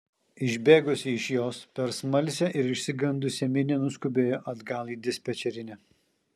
išbėgusi iš jos per smalsią ir išsigandusią minią nuskubėjo atgal į dispečerinę